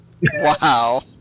Wow